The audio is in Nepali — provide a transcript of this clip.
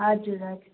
हजुर हजुर